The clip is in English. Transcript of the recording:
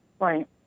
Right